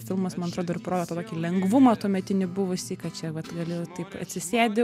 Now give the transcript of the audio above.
filmas man atrodo ir parodo tą tokį lengvumą tuometinį buvusį kad čia vat galiu taip atsisėdi